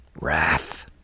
wrath